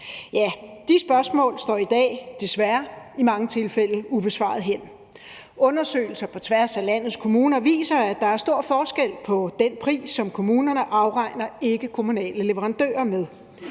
Ja, de spørgsmål står i dag desværre i mange tilfælde ubesvaret hen. Undersøgelser på tværs af landets kommuner viser, at der er stor forskel på den pris, som kommunerne afregner ikkekommunale leverandører med.